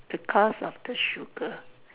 because of the sugar